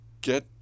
get